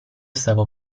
stavo